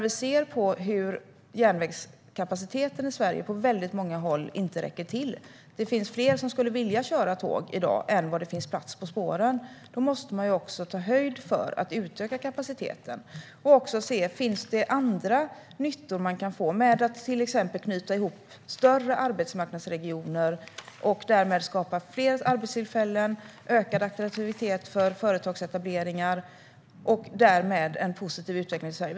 Vi ser hur järnvägskapaciteten i Sverige på väldigt många håll inte räcker till - det finns fler som skulle vilja köra tåg i dag än vad det finns plats på spåren - och då måste man ta höjd för att utöka kapaciteten och också se om det finns andra nyttor som man kan få med att till exempel knyta ihop större arbetsmarknadsregioner och därmed skapa fler arbetstillfällen och få ökad attraktivitet för företagsetableringar och därmed en positiv utveckling i Sverige.